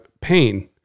pain